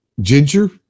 ginger